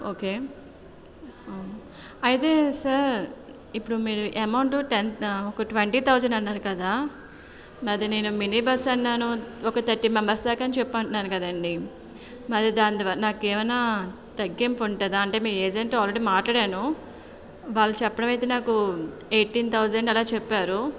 okay అయితే sir ఇప్పుడు మీరు అమౌంటు టెన్ ఒక ట్వంటీ థౌజండ్ అన్నారు కదా అది నేను మినీ బస్ అన్నాను ఒక థర్టీ మెంబర్స్ దాకా అని చెప్పి అంటున్నాను కదండీ మరి దాని ద్వారా నాకు ఏమైనా తగ్గింపు ఉంటుందా అంటే మీ ఏజెంట్తో అల్రెడీ మాట్లాడాను వాళ్ళు చెప్పడమైతే నాకు ఎయిటీన్ థౌజండ్ అలా చెప్పారు